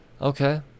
Okay